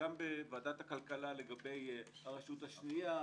בוועדת הכלכלה לגבי הרשות השנייה,